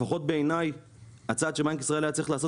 לפחות בעיניי הצעד שבנק ישראל היה צריך לעשות